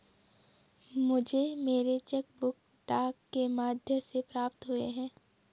मुझे मेरी cheque book डाक के माध्यम से प्राप्त हुई है